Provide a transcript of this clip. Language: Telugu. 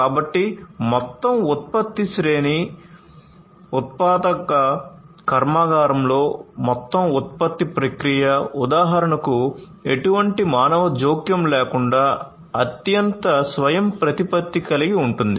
కాబట్టి మొత్తం ఉత్పత్తి శ్రేణి మొత్తం ఉత్పత్తి ప్రక్రియ ఉదాహరణకు ఎటువంటి మానవ జోక్యం లేకుండా అత్యంత స్వయంప్రతిపత్తి కలిగి ఉంటుంది